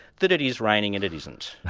that it is raining and it isn't.